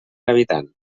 habitant